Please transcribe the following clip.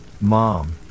mom